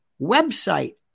website